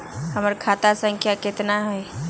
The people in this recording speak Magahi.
हमर खाता संख्या केतना हई?